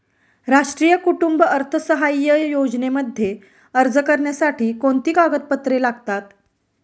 राष्ट्रीय कुटुंब अर्थसहाय्य योजनेमध्ये अर्ज करण्यासाठी कोणती कागदपत्रे लागतात?